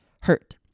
hurt